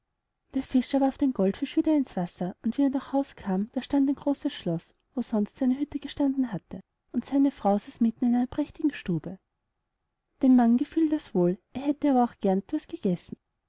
der fischer warf den goldfisch wieder ins wasser und wie er nach haus kam da stand ein großes schloß wo sonst seine hütte gestanden hatte und seine frau saß mitten in einer prächtigen stube dem mann gefiel das wohl er hätte aber auch gern etwas gegessen